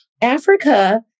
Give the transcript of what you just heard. Africa